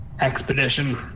expedition